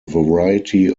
variety